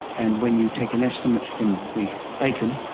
and when you take an estimate from the bacon,